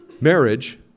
marriage